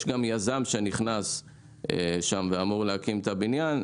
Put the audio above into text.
יש גם יזם שנכנס לשם ואמור להקים את הבניין.